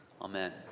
Amen